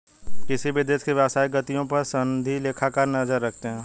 किसी भी देश की व्यवसायिक गतिविधियों पर सनदी लेखाकार नजर रखते हैं